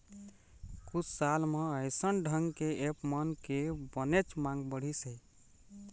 कुछ साल म अइसन ढंग के ऐप मन के बनेच मांग बढ़िस हे